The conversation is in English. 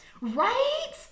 Right